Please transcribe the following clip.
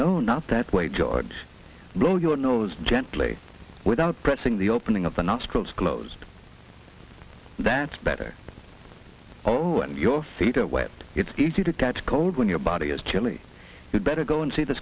no not that way jord blow your nose gently without pressing the opening of the nostrils close that's better oh and your feet away it's easy to catch cold when your body is chilly you'd better go and see the